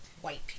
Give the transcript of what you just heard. White